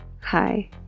hi